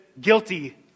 guilty